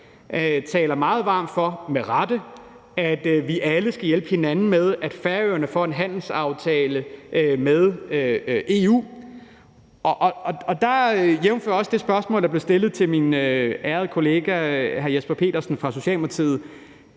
taler meget varmt for, med rette, at vi alle skal hjælpe hinanden med, at Færøerne får en handelsaftale med EU. Og jævnfør det spørgsmål, der blev stillet til min ærede kollega hr. Jesper Petersen fra Socialdemokratiet,